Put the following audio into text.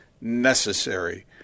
necessary